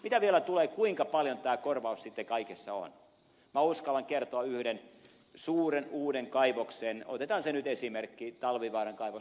mitä vielä tulee siihen kuinka paljon tämä korvaus sitten kaikessa on minä uskallan kertoa yhden suuren uuden kaivoksen osalta otetaan nyt esimerkkinä talvivaaran kaivos